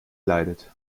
leidet